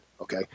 Okay